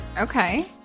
Okay